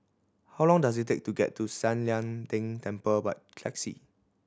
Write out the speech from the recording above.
how long does it take to get to San Lian Deng Temple by taxi